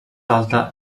alta